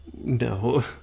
No